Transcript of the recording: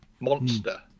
monster